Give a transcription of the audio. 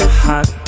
hot